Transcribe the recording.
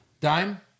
Dime